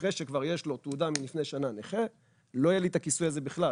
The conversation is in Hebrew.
אחרי שכבר יש לו תעודה מלפני שנה כנכה לא יהיה לי את הכיסוי הזה בכלל.